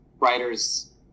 writers